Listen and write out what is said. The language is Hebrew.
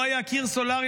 לא היה קיר סולארי,